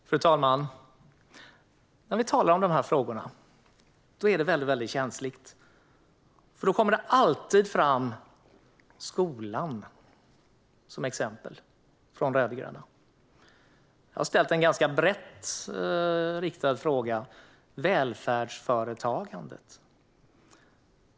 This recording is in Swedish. Fru talman! När vi talar om dessa frågor blir det väldigt känsligt. De rödgröna tar alltid fram skolan som exempel. Men jag har ställt en ganska brett riktad interpellation om välfärdsföretagandet.